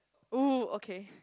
oh okay